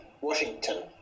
Washington